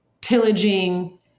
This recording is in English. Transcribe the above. pillaging